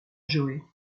joe